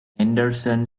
henderson